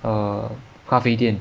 err 咖啡店